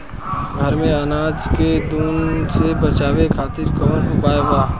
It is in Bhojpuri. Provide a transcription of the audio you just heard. घर में अनाज के घुन से बचावे खातिर कवन उपाय बा?